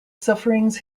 sufferings